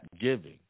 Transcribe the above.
giving